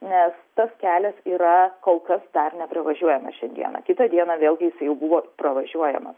nes tas kelias yra kol kas dar nepravažiuojamas šiandieną kitą dieną vėlgi jisai jau buvo pravažiuojamas